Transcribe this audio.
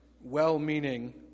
well-meaning